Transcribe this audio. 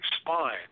spine